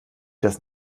das